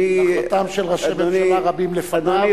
נחלתם של ראשי ממשלה רבים לפניו,